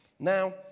Now